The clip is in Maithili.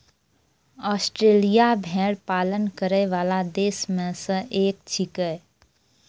आस्ट्रेलिया भेड़ पालन करै वाला देश म सें एक छिकै